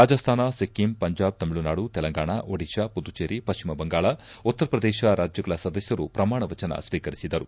ರಾಜಸ್ಸಾನ ಸಿಕ್ಕಿಂ ಪಂಜಾಬ್ ತಮಿಳುನಾಡು ತೆಲಂಗಾಣ ಓಡಿಶಾ ಪುದುಚೇರಿ ಪಶ್ಲಿಮ ಬಂಗಾಳ ಉತ್ತರ ಪ್ರದೇಶ ರಾಜ್ಯಗಳ ಸದಸ್ಯರು ಪ್ರಮಾಣವಚನ ಸ್ವೀಕರಿಸಿದರು